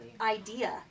idea